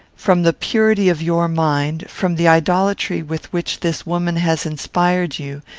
from the purity of your mind, from the idolatry with which this woman has inspired you,